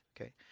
okay